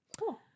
cool